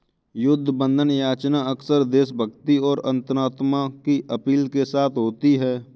युद्ध बंधन याचना अक्सर देशभक्ति और अंतरात्मा की अपील के साथ होती है